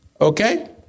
okay